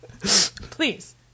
Please